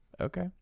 Okay